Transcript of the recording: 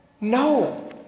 No